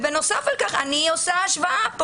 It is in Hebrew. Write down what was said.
בנוסף אני עושה השוואה.